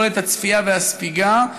יכולת הצפייה והספיגה,